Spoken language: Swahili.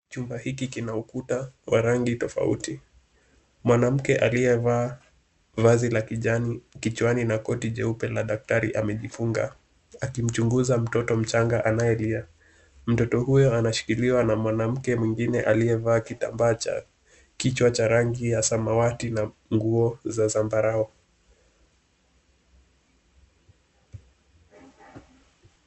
Chumba hiki kina ukuta wa rangi tofauti. Mwanamke aliyevaa vazi la kijani kichwani na koti jeupe la daktari amejifunga akimchunguza mtoto mchanga anayelia. Mtoto huyo anashikiliwa na mwanamke mwingine aliyevaa kitambaa cha kichwa cha rangi ya samawati na nguo za zambarau.